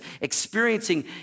experiencing